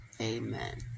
Amen